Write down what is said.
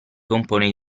compone